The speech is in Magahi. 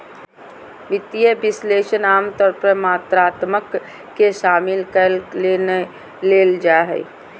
वित्तीय विश्लेषक आमतौर पर मात्रात्मक के शामिल करय ले नै लेल जा हइ